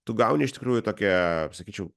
tu gauni iš tikrųjų tokią sakyčiau